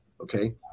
okay